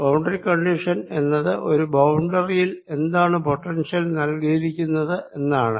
boundary condition എന്നത് ഒരു ബൌണ്ടറിയിൽ എന്താണ് പൊട്ടൻഷ്യൽ നൽകിയിരിക്കുന്നത് എന്നാണ്